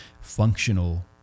functional